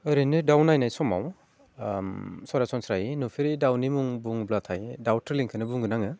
ओरैनो दाउ नायनाय समाव सरासनस्रायै नुफेरै दाउनि मुं बुङोब्लाथाय दावथुलिंखौनो बुंगोन आङो